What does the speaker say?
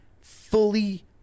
fully